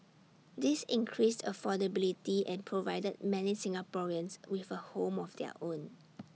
this increased affordability and provided many Singaporeans with A home of their own